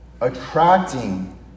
attracting